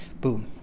boom